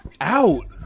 Out